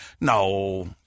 no